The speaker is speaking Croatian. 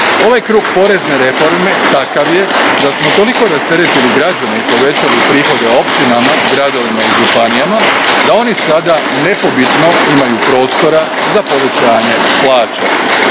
Ovaj krug porezne reforme takav je da smo toliko rasteretili građane i povećali prihode općinama, gradovima i županijama da oni sada, nepobitno, imaju prostora za povećanje plaće.